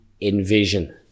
envision